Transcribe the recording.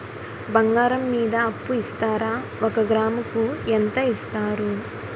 బంగారం మీద అప్పు ఇస్తారా? ఒక గ్రాము కి ఎంత ఇస్తారు?